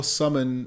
summon